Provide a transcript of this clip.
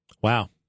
Wow